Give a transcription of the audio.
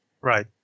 Right